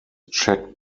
checked